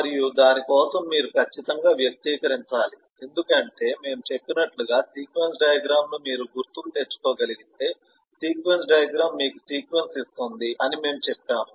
మరియు దాని కోసం మీరు ఖచ్చితంగా వ్యక్తీకరించాలి ఎందుకంటే మేము చెప్పినట్లుగా సీక్వెన్స్ డయాగ్రమ్ ను మీరు గుర్తుకు తెచ్చుకోగలిగితే సీక్వెన్స్ డయాగ్రమ్ మీకు సీక్వెన్స్ ఇస్తుంది అని మేము చెప్పాము